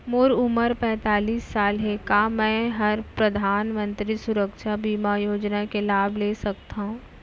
मोर उमर पैंतालीस साल हे का मैं परधानमंतरी सुरक्षा बीमा योजना के लाभ ले सकथव?